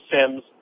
Sims